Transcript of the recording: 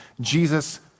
Jesus